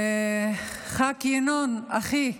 חה"כ ינון, אחי,